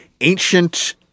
ancient